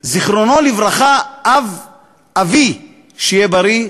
זיכרונו לברכה, אב-אבי, שיהיה בריא,